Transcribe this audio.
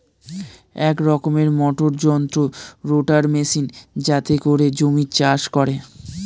এক রকমের মোটর যন্ত্র রোটার মেশিন যাতে করে জমি চাষ করে